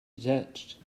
detached